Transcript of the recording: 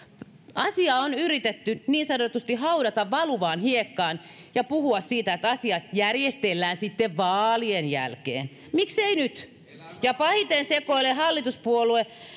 asia on yritetty niin sanotusti haudata valuvaan hiekkaan ja on puhuttu siitä että asiat järjestellään sitten vaalien jälkeen miksei nyt ja pahiten sekoilee hallituspuolue